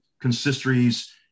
consistories